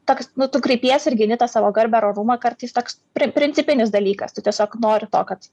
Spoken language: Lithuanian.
toks nu tu kreipiesi ir gini tą savo garbę ar orumą kartais toks prin principinis dalykas tu tiesiog nori to kad